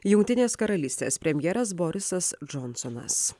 jungtinės karalystės premjeras borisas džonsonas